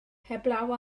heblaw